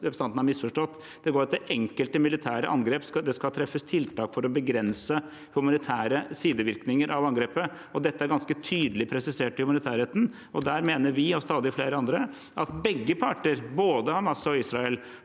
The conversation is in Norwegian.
Det går på enkelte militære angrep, og det skal treffes tiltak for å begrense humanitære sidevirkninger av angrepet. Dette er ganske tydelig presisert i humanitærretten. Der mener vi og stadig flere andre at begge parter, både Hamas og Israel,